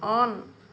on